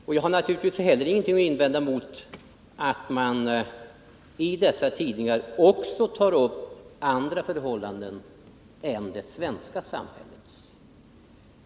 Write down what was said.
Och jag har naturligtvis inget att invända mot att man i dessa tidningar också tar upp andra förhållanden än det svenska samhällets.